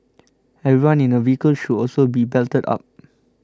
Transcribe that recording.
everyone in a vehicle should also be belted up